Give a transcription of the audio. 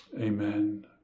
Amen